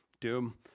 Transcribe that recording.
Doom